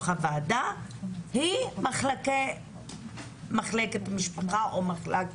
הוועדה היא מחלקת משפחה או מחלק משפחה.